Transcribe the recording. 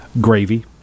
Gravy